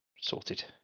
sorted